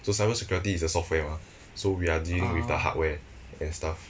so cyber security is the software mah so we're dealing with the hardware and stuff